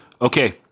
Okay